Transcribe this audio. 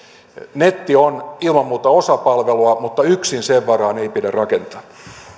netti on ilman muuta osa palvelua mutta yksin sen varaan ei pidä rakentaa